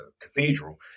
cathedral